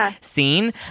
scene